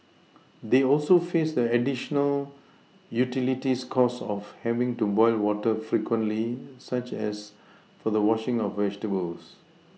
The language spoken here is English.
they also faced the additional utilities cost of having to boil water frequently such as for the washing of vegetables